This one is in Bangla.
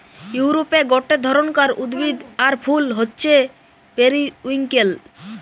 ইউরোপে গটে ধরণকার উদ্ভিদ আর ফুল হচ্ছে পেরিউইঙ্কেল